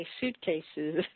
suitcases